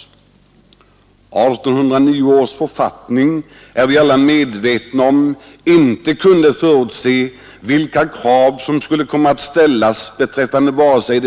1809 års författning kunde inte — det är vi alla medvetna om förutse vilka krav vare sig beträffande